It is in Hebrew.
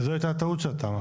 וזו הייתה הטעות של התמ"א.